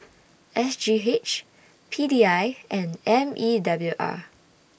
S G H P D I and M E W R